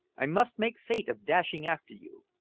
i must make feint of dashing after you.